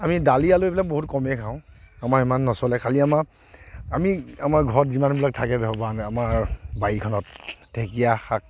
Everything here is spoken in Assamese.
আমি দালি আলু এইবিলাক বহুত কমেই খাওঁ আমাৰ ইমান নচলে খালী আমাৰ আমি আমাৰ ঘৰত যিমানবিলাক থাকে আমাৰ বাৰীখনত ঢেঁকীয়া শাক